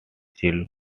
child